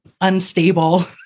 unstable